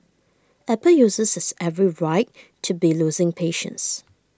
apple users have every right to be losing patience